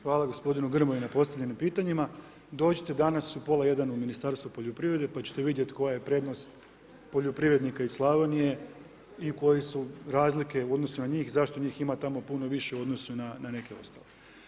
Hvala gospodinu Grmoji na postavljenim pitanjima, dođite danas u pola 1 u Ministarstvo poljoprivrede, pa ćete vidjeti koja je prednost poljoprivrednika iz Slavonije i koje su razlike u odnosu na njih zašto njih ima tamo puno više u odnosu na neke ostale.